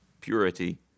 purity